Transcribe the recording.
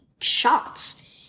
shots